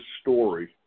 story